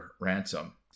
ransom